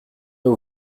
aux